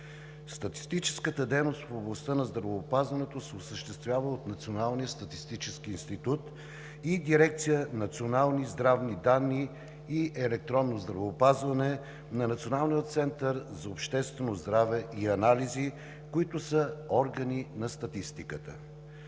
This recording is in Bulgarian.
Статистическата дейност в областта на здравеопазването се осъществява от Националния статистически институт и дирекция „Национални здравни данни и електронно здравеопазване“ на Националния център за обществено здраве и анализи, които са органи на статистиката.